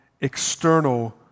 external